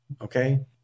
Okay